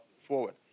forward